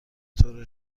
طور